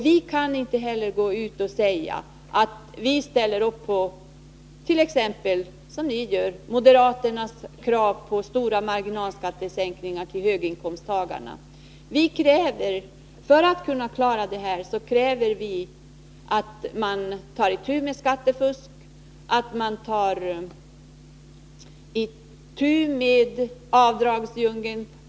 Vi kan inte heller — som ni gör — gå ut och säga att vi ställer upp bakom t.ex. moderaternas krav på stora marginalskattesänkningar för höginkomsttagarna. För att kunna klara svårigheterna kräver vi att man tar itu med skattefusket och avdragsdjungeln.